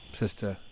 sister